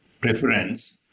preference